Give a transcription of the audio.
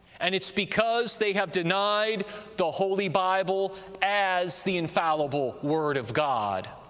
and it's because they have denied the holy bible as the infallible word of god,